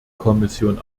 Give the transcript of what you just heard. kommission